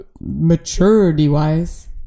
Maturity-wise